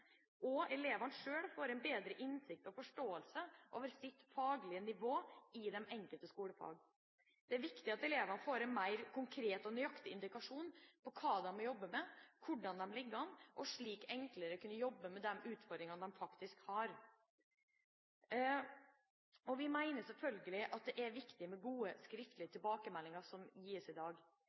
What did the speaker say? og elevene selv får en bedre innsikt i og forståelse av sitt faglige nivå i de enkelte skolefag. Det er viktig at elever får en mer konkret og nøyaktig indikasjon på hva de må jobbe med, og hvordan de ligger an, og slik enklere kunne jobbe med de utfordringene de faktisk har. Vi mener selvfølgelig at det er viktig med gode skriftlige tilbakemeldinger, som gis i dag,